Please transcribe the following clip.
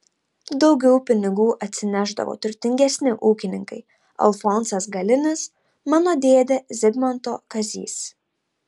daugiau pinigų atsinešdavo turtingesni ūkininkai alfonsas galinis mano dėdė zigmanto kazys